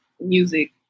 music